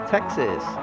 Texas